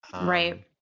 Right